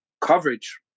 coverage